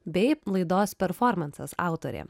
bei laidos performansas autorė